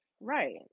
Right